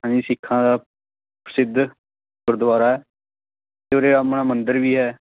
ਹਾਂਜੀ ਸਿੱਖਾਂ ਦਾ ਪ੍ਰਸਿੱਧ ਗੁਰਦੁਆਰਾ ਅਤੇ ਉਰੇ ਆਪਣਾ ਮੰਦਰ ਵੀ ਹੈ